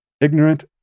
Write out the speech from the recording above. ignorant